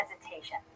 hesitation